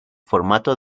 formato